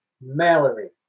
Mallory